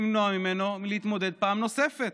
למנוע ממנו מלהתמודד פעם נוספת?